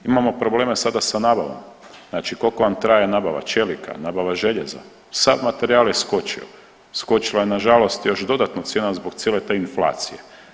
Imamo problema sada sa nabavom, znači koliko vam traje nabava čelika, nabava željeza, sav materijal je skočio, skočila je nažalost još dodatno cijena zbog cijele te inflacije.